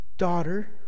Daughter